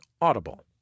Audible